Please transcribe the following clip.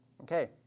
Okay